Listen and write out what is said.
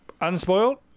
unspoiled